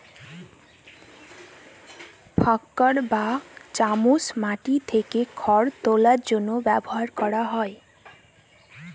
fork বা চামচ মাটি থেকে খড় তোলার জন্য ব্যবহার করা হয়